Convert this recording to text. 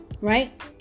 right